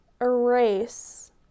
erase